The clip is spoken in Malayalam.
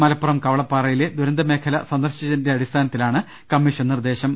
മലപ്പുറം കവ ളപ്പാറയിലെ ദുരന്തമേഖല സന്ദർശിച്ചതിന്റെ അടിസ്ഥാനത്തിലാണ് കമ്മി ഷൻ നിർദ്ദേശം